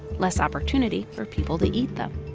less opportunity for people to eat them.